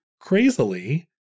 crazily